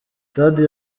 stade